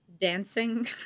dancing